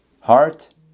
heart